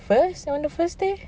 first on the first day